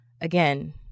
Again